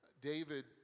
David